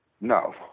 No